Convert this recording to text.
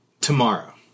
Tomorrow